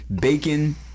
bacon